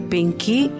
Pinky